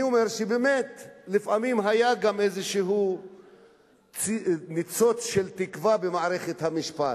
אני אומר שבאמת לפעמים היה גם איזשהו ניצוץ של תקווה במערכת המשפט,